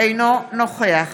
אינו נוכח